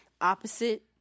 opposite